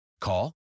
Call